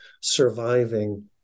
surviving